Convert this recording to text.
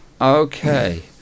okay